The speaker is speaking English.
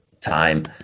time